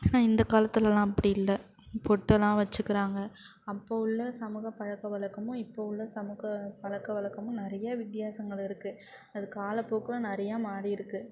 ஆனால் இந்த காலத்திலலாம் அப்படி இல்லை பொட்டெல்லாம் வச்சுக்குறாங்க அப்போது உள்ள சமூக பழக்கவழக்கமும் இப்போ உள்ள சமூக பழக்கவலக்கமும் நிறையா வித்தியாசங்கள் இருக்குது அது காலப்போக்கில் நிறையா மாறிருக்குது